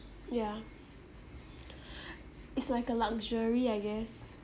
yeah it's like a luxury I guess